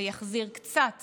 ויחזיר קצת